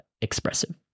expressive